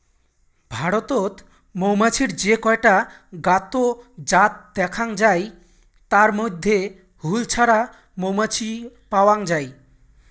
ভারতত মৌমাছির যে কয়টা জ্ঞাত জাত দ্যাখ্যাং যাই তার মইধ্যে হুল ছাড়া মৌমাছি পাওয়াং যাই